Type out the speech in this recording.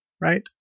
right